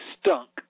stunk